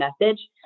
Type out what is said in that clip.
message